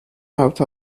out